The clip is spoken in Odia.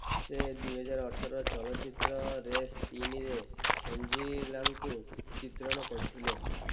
ସେ ଦୁଇ ହଜାର ଅଠର ଚଳଚ୍ଚିତ୍ର ରେସ୍ ତିନିରେ ସଞ୍ଜିଲାଙ୍କୁ ଚିତ୍ରଣ କରିଥିଲେ